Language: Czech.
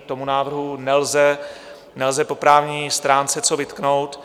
Tomu návrhu nelze po právní stránce co vytknout.